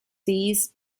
toast